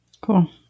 Cool